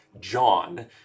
John